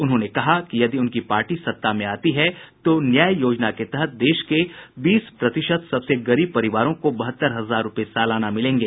उन्होंने कहा कि यदि उनकी पार्टी सत्ता में आती है तो न्याय योजना के तहत देश के बीस प्रतिशत सबसे गरीब परिवारों को बहत्तर हजार रूपये सालाना मिलेंगे